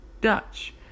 dutch